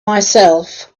myself